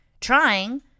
trying